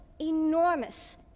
enormous